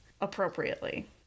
appropriately